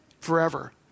forever